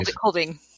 holding